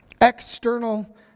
external